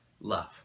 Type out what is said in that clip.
love